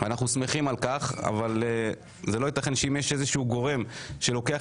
לא ייתכן שאם יש איזה שהוא גורם שלוקח